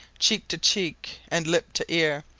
cheek to cheek and lip to ear,